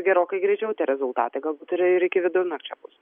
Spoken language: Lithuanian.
gerokai greičiau tie rezultatai galbūt ir ir iki vidurnakčio bus